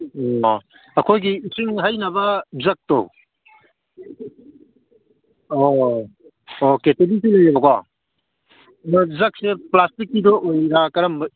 ꯎꯝ ꯑꯥ ꯑꯩꯈꯣꯏꯒꯤ ꯏꯁꯤꯡ ꯍꯩꯅꯕ ꯖꯛꯇꯣ ꯑꯣ ꯑꯣꯀꯦ ꯀꯦꯇꯂꯤꯁꯨ ꯂꯩꯌꯦꯕꯀꯣ ꯑꯗꯣ ꯖꯛꯁꯦ ꯄ꯭ꯂꯥꯁꯇꯤꯛꯀꯤꯗꯣ ꯑꯣꯏꯔꯤꯔꯥ ꯀꯔꯝꯕ